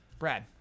Brad